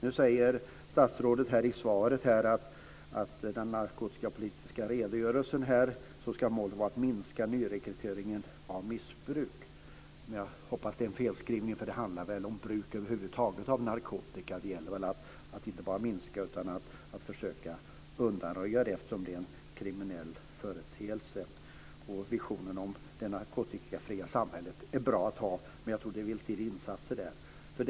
Nu säger statsrådet i svaret att i den narkotikapolitiska redogörelsen anges att målet ska vara att minska nyrekryteringen till missbruk. Jag hoppas att det är en felskrivning. Det handlar väl om bruk över huvud taget av narkotika. Det gäller väl inte bara att minska det utan också att försöka undanröja det, eftersom det är en kriminell företeelse. Visionen om det narkotikafria samhället är bra att ha, men jag tror att det vill till insatser.